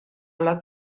alla